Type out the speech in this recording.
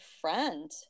friend